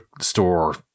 store